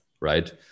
right